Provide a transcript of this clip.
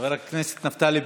חבר הכנסת נפתלי בנט,